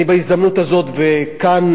בהזדמנות הזאת כאן,